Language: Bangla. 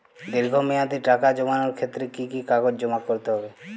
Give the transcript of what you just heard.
দীর্ঘ মেয়াদি টাকা জমানোর ক্ষেত্রে কি কি কাগজ জমা করতে হবে?